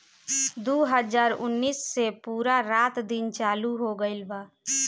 दु हाजार उन्नीस से पूरा रात दिन चालू हो गइल बा